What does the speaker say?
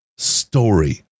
story